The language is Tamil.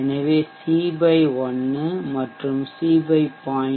எனவே சி 1 மற்றும் சி 0